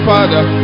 Father